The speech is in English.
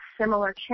similar